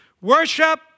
Worship